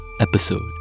episode